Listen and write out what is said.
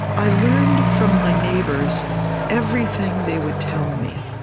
i learned from my neighbors everything they would tell me.